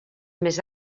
més